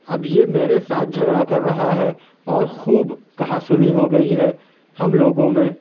اب یہ میرے ساتھ جھگڑا کر رہا ہے اور خوب کہا سُنی ہو گئی ہے ہم لوگوں میں